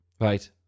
Right